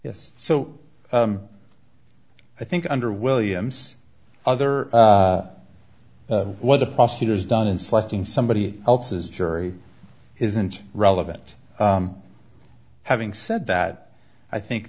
yes so i think under williams other what the prosecutors done in selecting somebody else's jury isn't relevant having said that i think